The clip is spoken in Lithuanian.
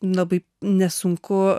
labai nesunku